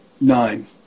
Nine